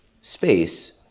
space